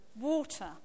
Water